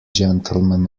gentlemen